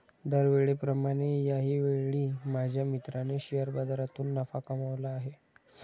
दरवेळेप्रमाणे याही वेळी माझ्या मित्राने शेअर बाजारातून नफा कमावला आहे